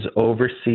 overseas